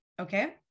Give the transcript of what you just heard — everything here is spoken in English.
Okay